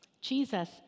Jesus